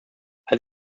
als